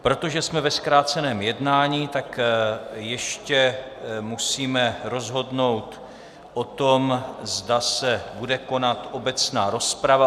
Protože jsme ve zkráceném jednání, tak ještě musíme rozhodnout o tom, zda se bude konat obecná rozprava.